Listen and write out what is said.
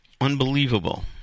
Unbelievable